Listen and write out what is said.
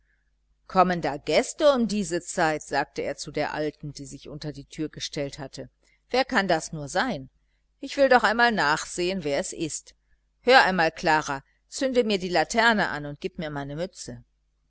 kommen da gäste um diese zeit sagte er zu der alten die sich unter die tür gestellt hatte wer kann das nur sein ich will doch einmal nachsehen wer es ist hör einmal klara zünde mir die laterne an und gib mir meine mütze